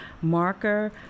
marker